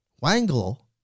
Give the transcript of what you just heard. Wangle